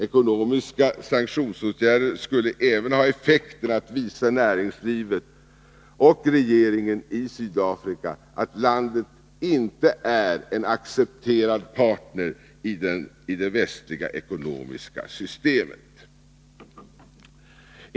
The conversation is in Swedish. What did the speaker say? Ekonomiska sanktionsåtgärder skulle nämligen även ha effekten att visa näringslivet och regeringen i Sydafrika att landet inte är en accepterad partner i det västliga ekonomiska systemet.